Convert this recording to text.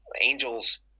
angels